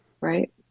Right